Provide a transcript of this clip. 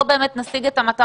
לא באמת נשיג את המטרה,